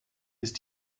ist